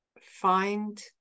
find